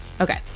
Okay